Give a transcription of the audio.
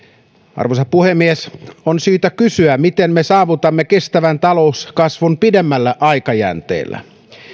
arvoisa puhemies on syytä kysyä miten me saavutamme kestävän talouskasvun pidemmällä aikajänteellä